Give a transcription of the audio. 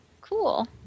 Cool